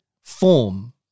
form